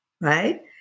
right